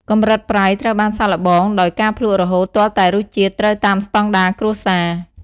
កម្រិតប្រៃ ត្រូវបានសាកល្បងដោយការភ្លក់រហូតទាល់តែរសជាតិត្រូវតាមស្តង់ដារគ្រួសារ។